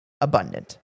abundant